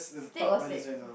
steak or stake